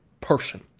person